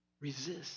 Resist